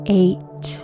eight